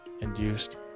induced